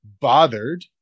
bothered